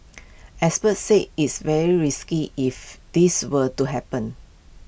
experts say is very risky if this were to happen